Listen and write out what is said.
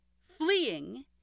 fleeing